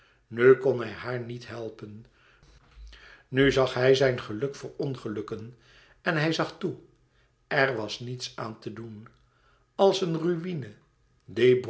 nu kon hij haar niet helpen nu zag hij zijn geluk verongelukken en hij zag toe er was niets aan te doen als een ruïne